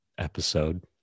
episode